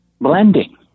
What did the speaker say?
blending